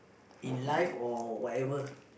in life or whatever